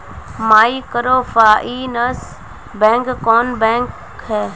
Microfinance bank कौन bank है?